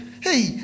Hey